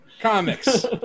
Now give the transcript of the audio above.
Comics